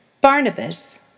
Barnabas